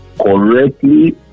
correctly